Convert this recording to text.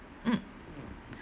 mm